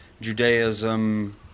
Judaism